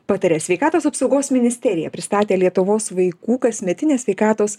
pataria sveikatos apsaugos ministerija pristatė lietuvos vaikų kasmetinę sveikatos